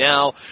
now